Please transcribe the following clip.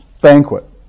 banquet